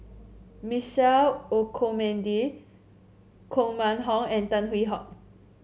Michael Olcomendy Koh Mun Hong and Tan Hwee Hock